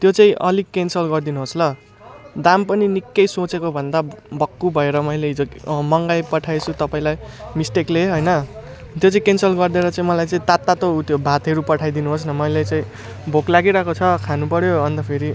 त्यो चाहिँ अलिक क्यान्सल गरिदिनु होस् ल दाम पनि निकै सोचेको भन्दा भक्कु भएर मैले हिजो मगाइपठाएछु तपाईँलाई मिस्टेकले होइन त्यो चाहिँ क्यान्सल गरिदिएर चाहिँ मलाई चाहिँ तात् तातो उत्यो भातहरू पठाइदिनु होस् न मैले चाहिँ भोक लागिरहेको छ खानुपऱ्यो अन्त फेरि